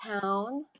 town